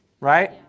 Right